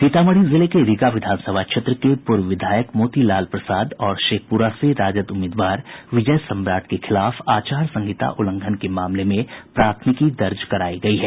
सीतामढ़ी जिले के रीगा विधानसभा क्षेत्र के पूर्व विधायक मोतिलाल प्रसाद और शेखपुरा से राजद उम्मीदवार विजय सम्राट के खिलाफ आचार संहिता उल्लंघन के मामले में प्राथमिकी दर्ज करायी गयी है